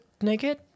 naked